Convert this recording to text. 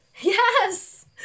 Yes